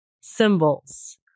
symbols